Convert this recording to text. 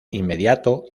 inmediato